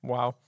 Wow